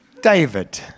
david